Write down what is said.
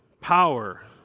power